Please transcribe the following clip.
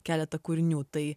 keletą kūrinių tai